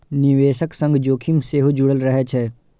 निवेशक संग जोखिम सेहो जुड़ल रहै छै